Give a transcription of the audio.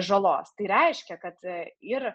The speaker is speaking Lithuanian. žalos tai reiškia kad ir